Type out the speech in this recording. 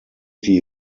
die